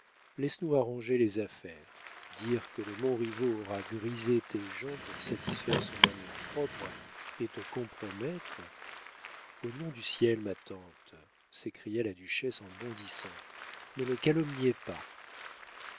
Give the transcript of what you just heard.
laisse-nous arranger tes affaires dire que le montriveau aura grisé tes gens pour satisfaire son amour-propre et te compromettre au nom du ciel ma tante s'écria la duchesse en bondissant ne le calomniez pas